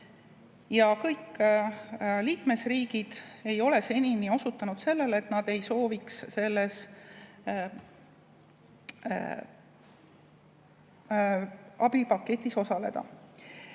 Liikmesriigid ei ole senini osutanud sellele, et nad ei sooviks selles abipaketis osaleda.